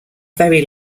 very